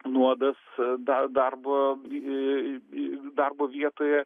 nuodas da darbo ė darbo vietoje